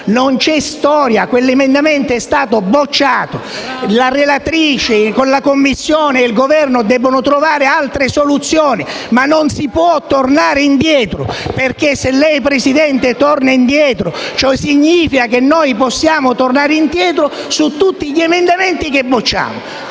Presidente: quell'emendamento è stato bocciato. La relatrice, la Commissione e il Governo devono trovare altre soluzioni, ma non si può tornare indietro, perché se torna indietro, signor Presidente, ciò significa che possiamo tornare indietro su tutti gli emendamenti che bocciamo.